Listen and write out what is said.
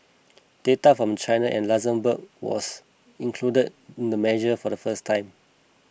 data from China and Luxembourg was included in the measure for the first time